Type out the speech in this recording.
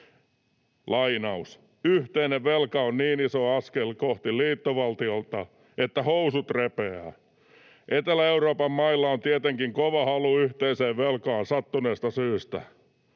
”’Yhteinen velka on niin iso askel kohti liittovaltiota, että housut repeää. Etelä-Euroopan mailla on tietenkin kova halu yhteiseen velkaan sattuneesta syystä.